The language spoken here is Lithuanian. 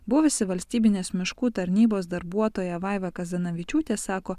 buvusi valstybinės miškų tarnybos darbuotoja vaiva kazanavičiūtė sako